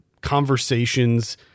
conversations